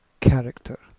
character